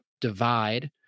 divide